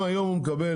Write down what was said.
אם היום הוא מקבל,